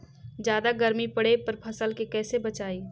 जादा गर्मी पड़े पर फसल के कैसे बचाई?